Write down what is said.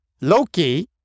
Loki